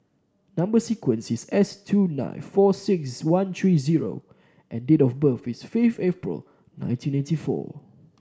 number sequence is S two nine four six one three zero and date of birth is fifth April nineteen eighty four